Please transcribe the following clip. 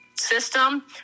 system